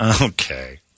Okay